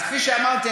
אז כפי שאמרתי,